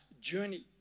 journey